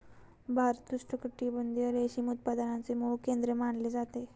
भारत उष्णकटिबंधीय रेशीम उत्पादनाचे मूळ केंद्र मानले जाते